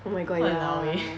oh my god ya